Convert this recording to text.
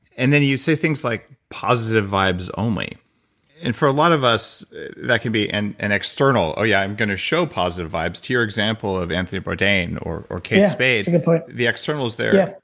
and then you say things like positive vibes only and for a lot of us that can be an an external. oh yeah, i'm gonna show positive vibes. to your example of anthony bourdain or or kate spade, the externals there.